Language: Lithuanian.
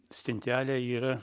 spintelė yra